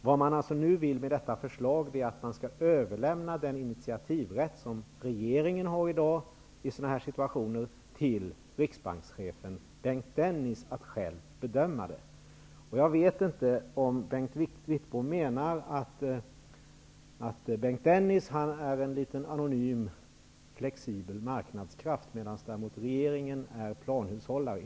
Vad man alltså nu vill med detta förslag är att överlämna den initiativrätt som regeringen i dag har i sådana här situationer till Riksbankschefen Bengt Dennis. Jag vet inte om Bengt Wittbom menar att Bengt Dennis är en liten, anonym och flexibel marknadskraft, medan regeringen däremot är planhushållare.